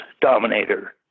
dominator